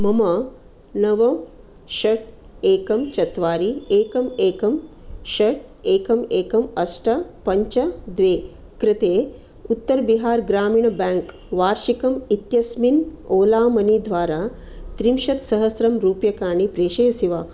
मम नव षट् एकं चत्वारि एकम् एकं षट् एकम् एकम् अष्ट पञ्च द्वे कृते उत्तरबिहार् ग्रामिण् बाङ्क् वार्षिकम् इत्यस्मिन् ओला मनी द्वारा त्रिंशत्सहस्ररूप्यकाणि प्रेषयसि वा